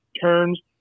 turns